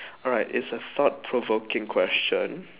alright it's a thought provoking question